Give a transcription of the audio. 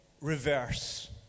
reverse